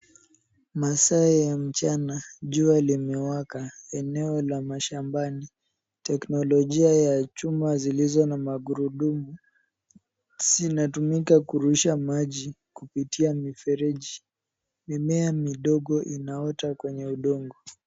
Masaa ya mchana. Jua limeweka. Eneo la mashambani. Teknolojia ya chuma zilizo na magurudumu zinatumika kurusha maji kupitia mifereji. Mimea midogo inaota kwenye udongo.